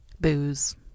Booze